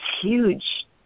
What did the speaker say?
huge